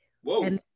Whoa